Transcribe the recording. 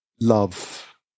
love